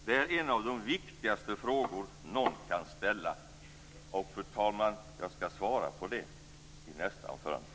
Det är en av de viktigaste frågor som någon kan ställa, och fru talman, jag skall svara på den i nästa anförande.